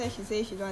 orh